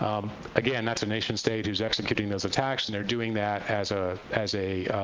um again, that's a nation-state who is executing those attacks, and they're doing that as ah as a